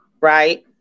right